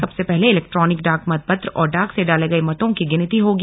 सबसे पहले इलेक्ट्रॉनिक डाक मतपत्र और डाक से डाले गए मतों की गिनती होगी